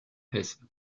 hesse